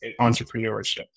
entrepreneurship